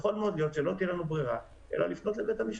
אולי לא תהיה לנו ברירה אלא לפנות לבית המשפט.